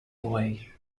away